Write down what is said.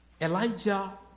Elijah